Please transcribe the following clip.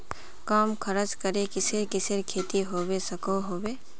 कम खर्च करे किसेर किसेर खेती होबे सकोहो होबे?